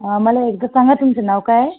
मला एकदा सांगा तुमचं नाव काय